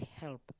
help